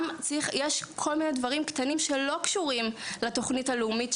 יש כל מיני דברים קטנים שלא קשורים לתוכנית הלאומית,